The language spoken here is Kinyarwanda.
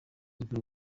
urwo